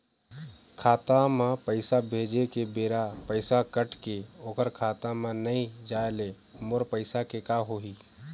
खाता म पैसा भेजे के बेरा पैसा कट के ओकर खाता म नई जाय ले मोर पैसा के का होही?